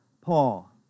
Paul